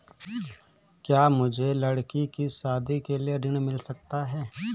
क्या मुझे लडकी की शादी के लिए ऋण मिल सकता है?